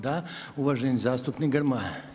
Da, uvaženi zastupnik Grmoja.